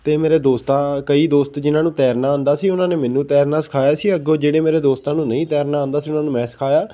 ਅਤੇ ਮੇਰੇ ਦੋਸਤਾਂ ਕਈ ਦੋਸਤ ਜਿਨ੍ਹਾਂ ਨੂੰ ਤੈਰਨਾ ਆਉਂਦਾ ਸੀ ਉਹਨਾਂ ਨੇ ਮੈਨੂੰ ਤੈਰਨਾ ਸਿਖਾਇਆ ਸੀ ਅੱਗੋਂ ਜਿਹੜੇ ਮੇਰੇ ਦੋਸਤਾਂ ਨੂੰ ਨਹੀਂ ਤੈਰਨਾ ਆਉਂਦਾ ਸੀ ਉਹਨਾਂ ਨੂੰ ਮੈਂ ਸਿਖਾਇਆ